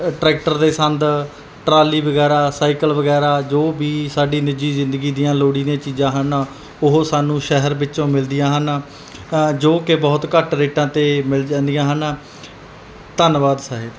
tractor ਦੇ ਸੰਦ trolley ਵਗੈਰਾ ਸਾਈਕਲ ਵਗੈਰਾ ਜੋ ਵੀ ਸਾਡੀ ਨਿੱਜੀ ਜ਼ਿੰਦਗੀ ਦੀਆਂ ਲੋੜੀਂਦੀਆਂ ਚੀਜ਼ਾਂ ਹਨ ਉਹ ਸਾਨੂੰ ਸ਼ਹਿਰ ਵਿੱਚੋਂ ਮਿਲਦੀਆਂ ਹਨ ਜੋ ਕਿ ਬਹੁਤ ਘੱਟ ਰੇਟਾਂ 'ਤੇ ਮਿਲ ਜਾਂਦੀਆਂ ਹਨ ਧੰਨਵਾਦ ਸਹਿਤ